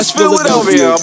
Philadelphia